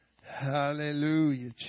Hallelujah